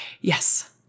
Yes